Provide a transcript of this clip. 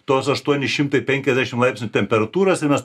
tos aštuoni šimtai penkiasdešimt laipsnių temperatūrosir mes